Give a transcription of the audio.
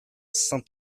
saint